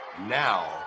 now